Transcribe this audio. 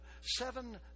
seven